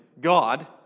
God